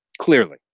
Clearly